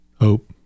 hope